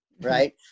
right